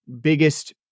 biggest